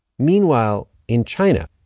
meanwhile, in china.